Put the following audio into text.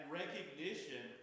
recognition